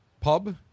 pub